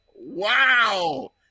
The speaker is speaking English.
Wow